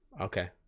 Okay